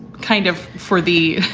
kind of for the.